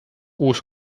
uus